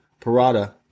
Parada